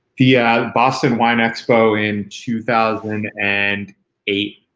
yeah boston wine expo in two thousand and eight,